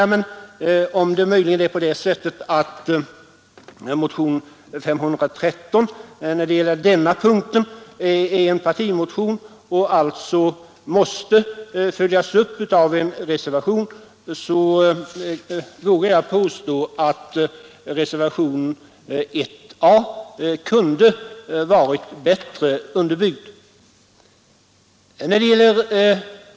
Är det möjligen på det sättet att motionen 513 är en partimotion och alltså måste följas upp av en reservation, så vågar jag påstå att reservationen 1 a kunde ha varit bättre underbyggd.